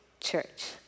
church